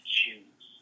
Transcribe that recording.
choose